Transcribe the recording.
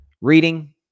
reading